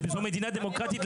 זו מדינה דמוקרטית,